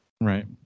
Right